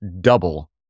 double